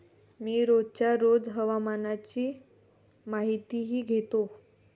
मी रोजच्या रोज हवामानाची माहितीही घेतो